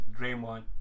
Draymond